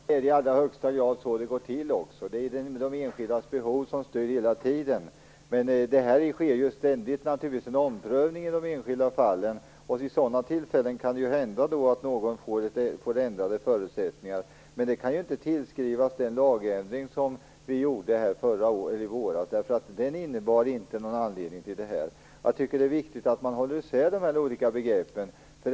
Fru talman! Det är i allra högsta grad så det går till också. Det är hela tiden de enskildas behov som styr. Men det sker ständigt en omprövning i de enskilda fallen, och vid sådana tillfällen kan det hända att någon får ändrade förutsättningar. Det kan ju inte tillskrivas den lagändring som vi gjorde i våras, därför att den var inte anledningen till detta. Det är viktigt att hålla isär de olika begreppen.